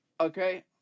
okay